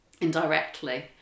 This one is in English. indirectly